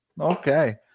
okay